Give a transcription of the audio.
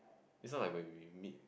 this one like when we meet